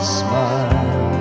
smile